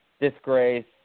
disgrace